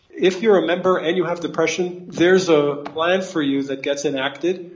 if you are a member and you have depression, there's a plan for you that gets enacted.